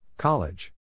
College